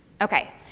Okay